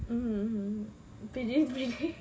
mmhmm predict